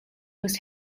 was